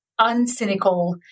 uncynical